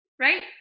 Right